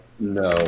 No